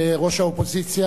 תודה רבה לראש האופוזיציה.